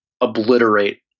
obliterate